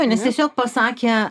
nes tiesiog pasakė